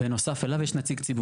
בנוסף אליו יש נציג ציבור.